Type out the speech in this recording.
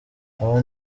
aba